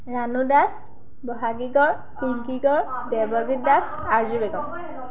ৰাণু দাস বহাগী গড় কিংকী গড় দেৱজিৎ দাস আৰজু বেগম